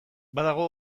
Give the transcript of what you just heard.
badago